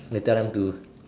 they tell them to